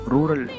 Rural